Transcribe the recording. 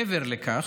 מעבר לכך,